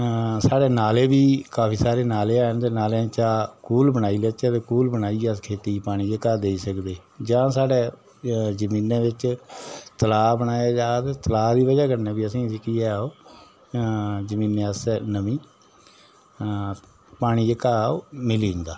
साढ़े नाले बी काफी सारे नाले हैन ते नालें चा कूह्ल बनाई लैचे तां कूह्ल बनाइयै अस खेती दी पानी जेह्का घर देई सकदे जां साढ़े जमीनै बिच तलाब न जां ते तलाब दी बजह् कन्नै बी असें गी जेह्की ऐ जमीनै आस्तै नमी पानी जेह्का ऐ ओह् मिली जंदा